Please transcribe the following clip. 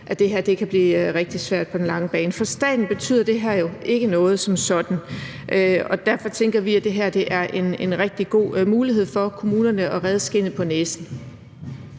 at det her kan blive rigtig svært på den lange bane. For staten betyder det her jo ikke noget som sådan, og derfor tænker vi, at det her er en rigtig god mulighed for kommunerne for at redde skindet . Kl.